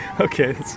okay